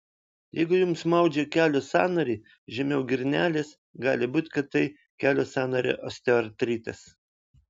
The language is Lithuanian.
jeigu jums maudžia kelio sąnarį žemiau girnelės gali būti kad tai kelio sąnario osteoartritas